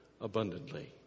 abundantly